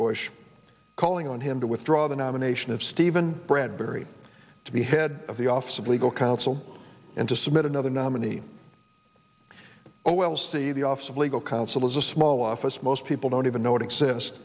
bush calling on him to withdraw the nomination of steven bradbury to be head of the office of legal counsel and to submit another nominee oh well see the office of legal counsel is a small office most people don't even know it exists